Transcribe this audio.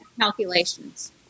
calculations